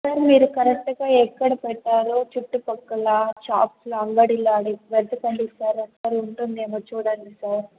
sir మీరు కరెక్ట్గా ఎక్కడ పెట్టారు చుట్టుపక్కల షాప్లో అంగడిలో అడిగి వెతకండి సార్ అక్కడ ఉంటుందేమో చూడండి సార్